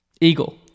Eagle